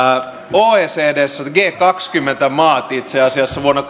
oecdssä g kaksikymmentä maat itse asiassa vuonna